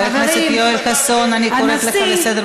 חבר הכנסת יואל חסון, אני מבקשת להפסיק.